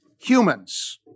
Humans